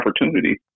opportunity